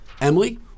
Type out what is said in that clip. Emily